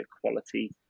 quality